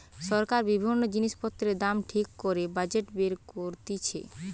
সরকার জিনিস পত্রের দাম ঠিক করে বাজেট বের করতিছে